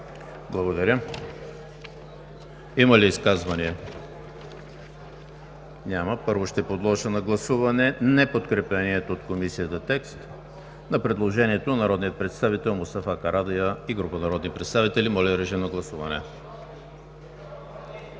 Благодаря. Има ли изказвания? Няма. Първо ще подложа на гласуване неподкрепения от Комисията текст на предложението на народния представител Мустафа Карадайъ и група народни представители. Гласували